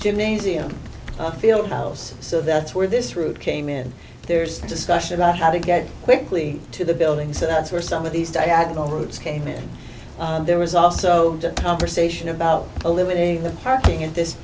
gymnasium field house so that's where this route came in there's just gushed about how to get quickly to the building so that's where some of these diag over roots came in and there was also a conversation about eliminating the parking at this